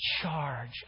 charge